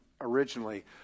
originally